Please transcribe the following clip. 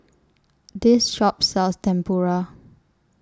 This Shop sells Tempura